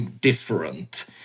different